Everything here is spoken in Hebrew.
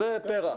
כן.